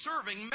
serving